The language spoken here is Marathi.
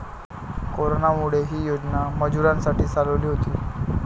कोरोनामुळे, ही योजना मजुरांसाठी चालवली होती